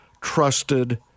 trusted